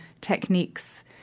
techniques